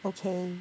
okay